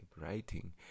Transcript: writing